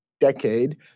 decade